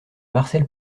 marcel